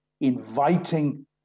inviting